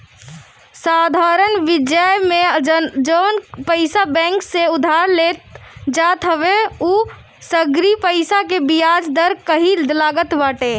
साधरण बियाज में जवन पईसा बैंक से उधार लेहल जात हवे उ सगरी पईसा के बियाज दर एकही लागत बाटे